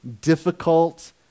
difficult